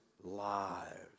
lives